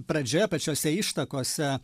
pradžioje pačiose ištakose